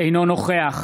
אינו נוכח